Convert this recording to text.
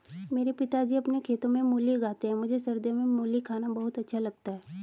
मेरे पिताजी अपने खेतों में मूली उगाते हैं मुझे सर्दियों में मूली खाना बहुत अच्छा लगता है